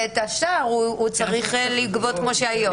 ואת השאר הוא צריך לגבות כמו היום.